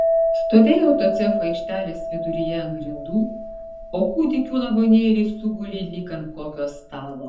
stovėjau to cecho aikštelės viduryje ant grindų o kūdikių lavonėliai sugulė lyg ant kokio stalo